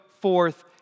forth